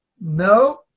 No